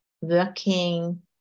working